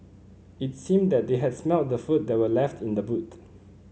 it seemed that they had smelt the food that were left in the boot